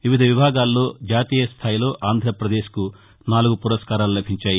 వివిధ విభాగాల్లో జాతీయస్థాయిలో ఆంధ్రప్రదేశ్కు నాలుగు పురస్కారాలు లభించాయి